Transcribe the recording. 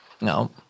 No